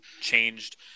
changed